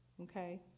Okay